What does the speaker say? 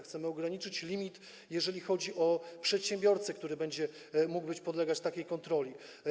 Chcemy ograniczyć limit, jeżeli chodzi o przedsiębiorcę, który będzie mógł podlegać takiej kontroli.